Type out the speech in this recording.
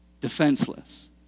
defenseless